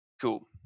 Cool